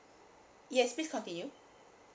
yes please continue